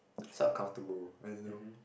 so uncomfortable I know